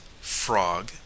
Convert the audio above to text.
frog